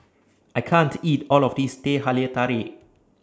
I can't eat All of This Teh Halia Tarik